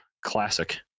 classic